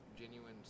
genuine